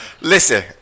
Listen